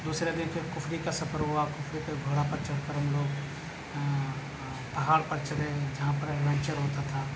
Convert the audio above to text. دوسرے دن پھر کفری کا سفر ہوا کفری تک گھوڑا پر چڑھ کر ہم لوگ پہاڑ پر چڑھے جہاں پر ایڈونچر ہوتا تھا